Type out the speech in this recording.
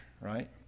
right